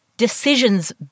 decisions